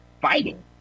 fighting